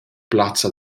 plazza